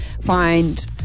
find